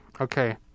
okay